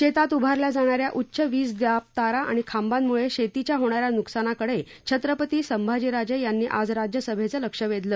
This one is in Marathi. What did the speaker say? शेतात उभारल्या जाणाऱ्या उच्च वीज दाब तारा आणि खांबांमुळे शेतीच्या होणाऱ्या नुकसानाकडे छत्रपती संभाजीराजे यांनी आज राज्यसभेचं लक्ष वेधलं